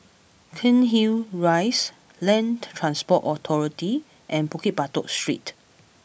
Cairnhill Rise Land Transport Authority and Bukit Batok Street